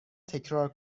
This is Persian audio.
تکرار